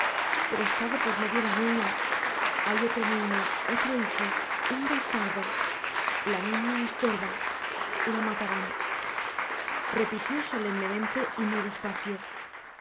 pero está de por medio la niña hay otro niño otro hijo un bastardo la niña estorba la matarán repitió solemnemente y muy despacio